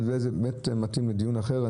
אבל זה מתאים לדיון אחר.